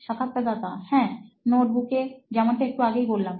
সাক্ষাৎকারদাতা হ্যাঁ নোটবুকে যেমনটা একটু আগেই বললাম